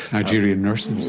nigerian nurses?